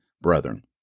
brethren